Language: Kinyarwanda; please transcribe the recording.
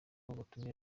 batumiye